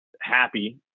happy